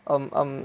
um um